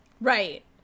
right